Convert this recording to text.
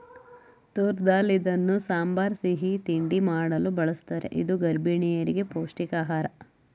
ತೂರ್ ದಾಲ್ ಇದನ್ನು ಸಾಂಬಾರ್, ಸಿಹಿ ತಿಂಡಿ ಮಾಡಲು ಬಳ್ಸತ್ತರೆ ಇದು ಗರ್ಭಿಣಿಯರಿಗೆ ಪೌಷ್ಟಿಕ ಆಹಾರ